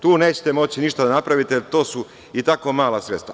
Tu nećete moći ništa da napravite., jer to su i tako mala sredstva.